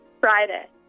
Friday